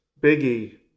biggie